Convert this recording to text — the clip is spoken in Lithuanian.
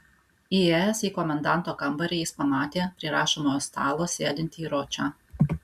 įėjęs į komendanto kambarį jis pamatė prie rašomojo stalo sėdintį ročą